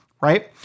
right